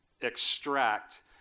extract